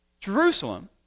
Jerusalem